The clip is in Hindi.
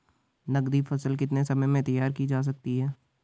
नगदी फसल कितने समय में तैयार की जा सकती है?